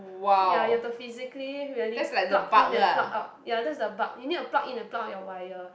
ya you have to physically really pluck in and pluck out ya there's a bug you need to pluck in and pluck out your wire